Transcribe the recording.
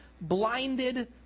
blinded